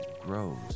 grows